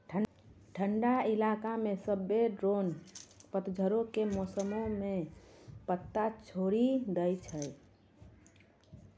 ठंडा इलाका मे सभ्भे ड्रोन पतझड़ो के मौसमो मे छत्ता छोड़ि दै छै